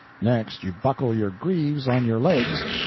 next you buckle your greaves on your legs,